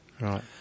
Right